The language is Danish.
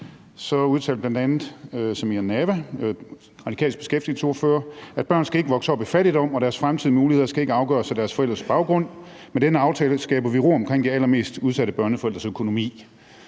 udtalte bl.a. Samira Nawa, Radikales beskæftigelsesordfører: »Børn skal ikke vokse op i fattigdom og deres fremtidige muligheder skal ikke afgøres af deres forældres baggrund. Med denne aftale skaber vi ro omkring de allermest udsatte børnefamiliers økonomi.«